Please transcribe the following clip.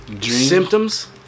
symptoms